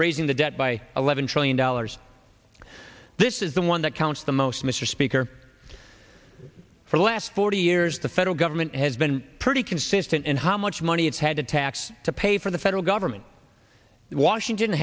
raising the debt by eleven trillion dollars this is the one that counts the most mr speaker for the last forty years the federal government has been pretty consistent in how much money it's had to tax to pay for the federal government that washington